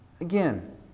Again